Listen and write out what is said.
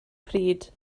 pryd